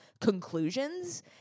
conclusions